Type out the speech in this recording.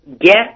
get